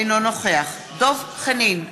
אינו נוכח דב חנין,